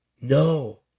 No